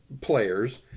players